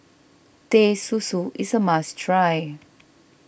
Teh Susu is a must try